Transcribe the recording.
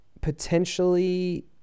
Potentially